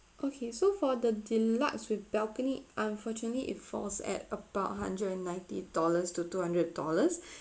okay so for the deluxe with balcony unfortunately it falls at about hundred and ninety dollars to two hundred dollars